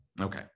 Okay